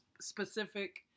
specific